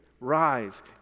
Rise